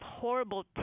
horrible